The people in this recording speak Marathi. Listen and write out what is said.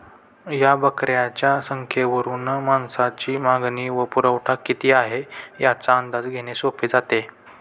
या बकऱ्यांच्या संख्येवरून मांसाची मागणी व पुरवठा किती आहे, याचा अंदाज घेणे सोपे जाते